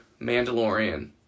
Mandalorian